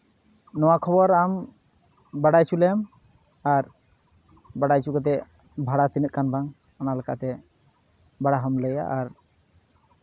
ᱱᱚᱣᱟ ᱠᱷᱚᱵᱚᱨ ᱟᱢ ᱵᱟᱲᱟᱭ ᱦᱚᱪᱚ ᱞᱮᱢ ᱟᱨ ᱵᱟᱲᱟᱭ ᱦᱚᱪᱚ ᱠᱟᱛᱮᱫ ᱵᱷᱟᱲᱟ ᱛᱤᱱᱟᱹᱜ ᱠᱟᱱ ᱵᱟᱝ ᱚᱱᱟ ᱞᱮᱠᱟᱛᱮ ᱵᱷᱟᱲᱟ ᱦᱚᱸᱢ ᱞᱟᱹᱭᱟ ᱟᱨ